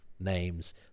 names